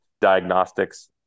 diagnostics